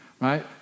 right